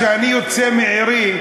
כשאני יוצא מעירי,